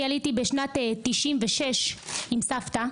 אני עליתי בשנת 96 עם סבתא,